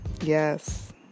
Yes